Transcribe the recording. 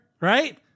right